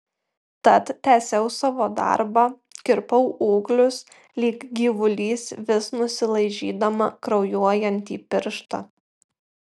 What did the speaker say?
tad tęsiau savo darbą kirpau ūglius lyg gyvulys vis nusilaižydama kraujuojantį pirštą